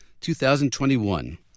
2021